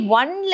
one